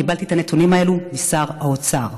קיבלתי את הנתונים האלה משר האוצר.